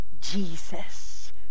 Jesus